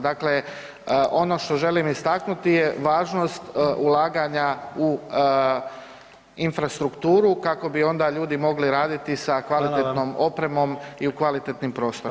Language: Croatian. Dakle, ono što želim istaknuti je važnost ulaganja u infrastrukturu kako bi onda ljudi mogli raditi sa kvalitetnom [[Upadica: Hvala vam.]] opremom i kvalitetnim prostorima.